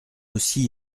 aussi